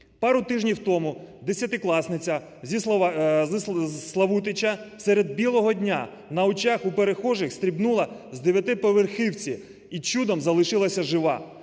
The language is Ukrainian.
Пару тижнів тому десятикласниця зі Славутича серед білого дня на очах у перехожих стрибнула з дев'ятиповерхівки – і чудом залишилася жива.